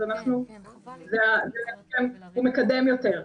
אז -- הוא מקדם יותר.